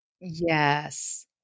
Yes